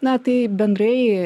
na tai bendrai